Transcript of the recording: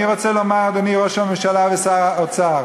אני רוצה לומר, אדוני ראש הממשלה ושר האוצר: